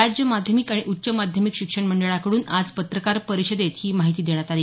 राज्य माध्यमिक आणि उच्च माध्यमिक शिक्षण मंडळाकडून आज पत्रकार परिषदेत ही माहिती देण्यात आली